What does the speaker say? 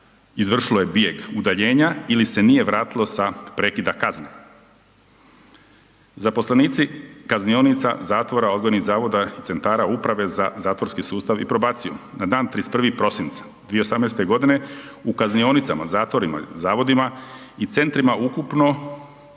izvršilo je bijeg udaljenja ili se nije vratilo sa prekida kazne. Zaposlenici kaznionica, zatvora, odgojnih zavoda i centara Uprave za zatvorski sustav i probaciju. Na dan 31. prosinca 2018. g. u kaznionicama, zatvorima, zavodima i centrima ukupno